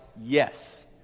yes